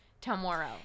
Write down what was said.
tomorrow